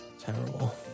Terrible